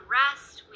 rest